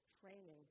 training